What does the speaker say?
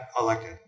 elected